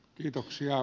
kiitoksia